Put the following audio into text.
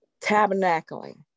tabernacling